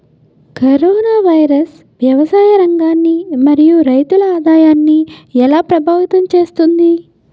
Corona virus వ్యవసాయ రంగాన్ని మరియు రైతుల ఆదాయాన్ని ఎలా ప్రభావితం చేస్తుంది?